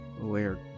weird